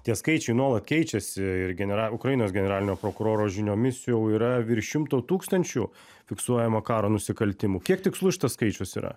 tie skaičiai nuolat keičiasi ir genera ukrainos generalinio prokuroro žiniomis jau yra virš šimto tūkstančių fiksuojama karo nusikaltimų kiek tikslus šitas skaičius yra